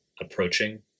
approaching